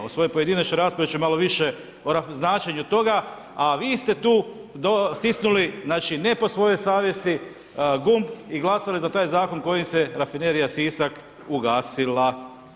U svoj pojedinačnoj raspravi ću malo više o značenju toga, a vi ste tu stisnuli znači ne po svojoj savjesti gumb i glasali za taj zakon kojim se rafinerija Sisak ugasila.